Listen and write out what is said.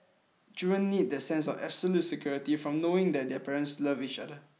children need that sense of absolute security from knowing that their parents love each other